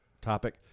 topic